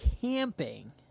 camping